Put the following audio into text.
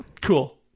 Cool